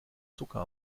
zucker